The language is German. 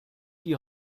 die